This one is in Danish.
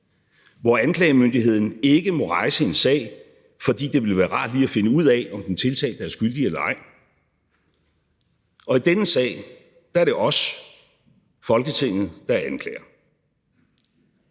hvor anklagemyndigheden ikke må rejse en sag, fordi det ville være rart lige at finde ud af, om den tiltalte er skyldig eller ej. Og i denne sag er det os, Folketinget, der er anklager.